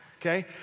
okay